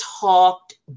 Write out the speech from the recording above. talked